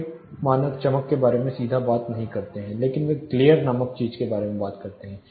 कई मानक चमक के बारे में सीधे बात नहीं करते हैं लेकिन वे ग्लेर नामक चीज के बारे में बात करते हैं